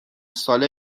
ساله